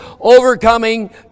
overcoming